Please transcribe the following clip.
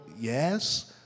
yes